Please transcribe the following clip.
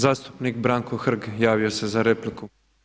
Zastupnik Branko Hrg javio se za repliku.